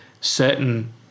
certain